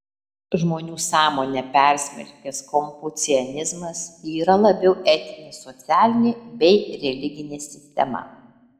žmonių sąmonę persmelkęs konfucianizmas yra labiau etinė socialinė nei religinė sistema